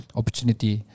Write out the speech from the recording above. opportunity